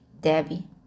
Debbie